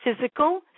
physical